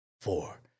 four